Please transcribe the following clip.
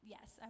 Yes